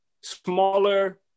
smaller